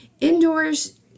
Indoors